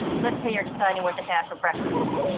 let's say you're deciding what to have for breakfast.